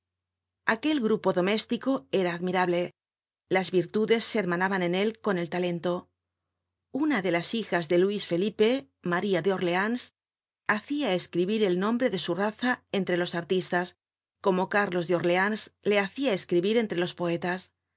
aquel grupo doméstico era admirable las virtudes se hermanaban en él con el talento una de las hijas de luis felipe maría de orleans hacia escribir el nombre de su raza entre los artistas como carlos de orleans le hacia escribir entre los poetas